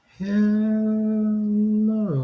hello